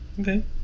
Okay